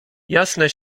jasne